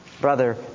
brother